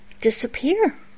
disappear